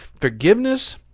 forgiveness